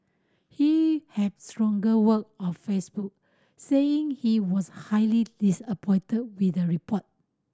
he had stronger word on Facebook saying he was highly disappointed with the report